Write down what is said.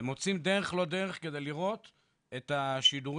הם מוצאים דרך לא דרך כדי לראות את השידורים